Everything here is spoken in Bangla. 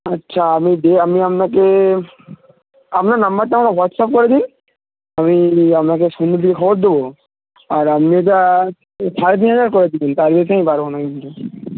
আচ্ছা আমি দে আমি আপনাকে আপনার নম্বরটা আমাকে হোয়াটস্যাপ করে দিন আমি আপনাকে সন্ধের দিকে খবর দেবো আর আপনি ওটা সাড়ে তিন হাজার করে দেবেন তার বেশি আমি পারবো না কিন্তু